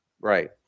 Right